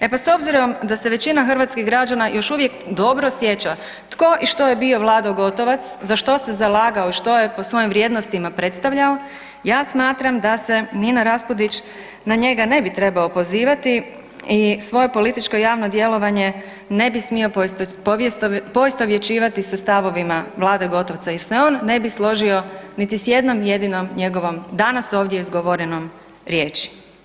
E pa s obzirom da se većina hrvatskih građana još uvijek dobro sjeća tko i što je bio Vlado Gotovac, za što se zalagao i što je po svojim vrijednostima predstavljao, ja smatram da se Nino Raspudić na njega ne bi trebao pozivati i svoje političko i javno djelovanje ne bi smio poistovjećivati sa stavovima Vlade Gotovca i … [[Govornik se ne razumije]] ne bi složio niti s jednom jedinom njegovom danas ovdje izgovorenom riječi.